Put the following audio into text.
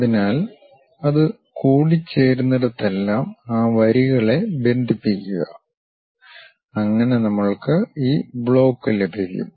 അതിനാൽ അത് കൂടി ചേരുന്നിടത്തെല്ലം ആ വരികളെ ബന്ധിപ്പിക്കുക അങ്ങനെ നമ്മൾക്ക് ഈ ബ്ലോക്ക് ലഭിക്കും